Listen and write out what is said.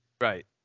right